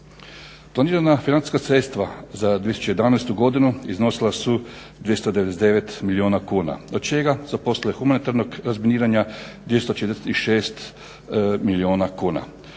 Donirana financijska sredstva za 2011.godinu iznosila su 299 milijuna kuna, od čega za poslove humanitarnog razminiranja 246 milijuna kuna.